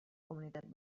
comunitat